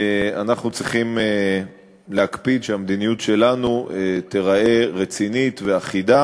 אנחנו צריכים להקפיד שהמדיניות שלנו תיראה רצינית ואחידה